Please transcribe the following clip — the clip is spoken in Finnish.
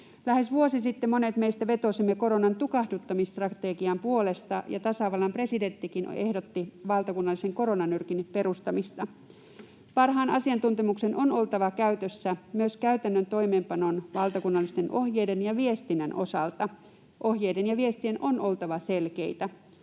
Lähes vuosi sitten monet meistä vetosivat koronan tukahduttamisstrategian puolesta ja tasavallan presidenttikin ehdotti valtakunnallisen koronanyrkin perustamista. Parhaan asiantuntemuksen on oltava käytössä myös käytännön toimeenpanon, valtakunnallisten ohjeiden ja viestinnän osalta. Ohjeiden ja viestien on oltava selkeitä.